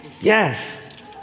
Yes